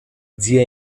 zia